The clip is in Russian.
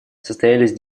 состоялись